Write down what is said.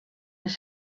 les